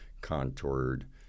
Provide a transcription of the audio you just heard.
contoured